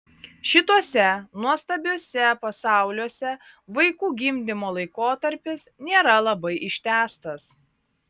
šituose nuostabiuose pasauliuose vaikų gimdymo laikotarpis nėra labai ištęstas